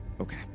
Okay